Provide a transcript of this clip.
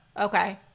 Okay